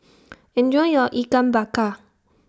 Enjoy your Ikan Bakar